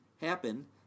happen